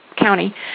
county